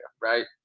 right